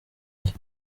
jye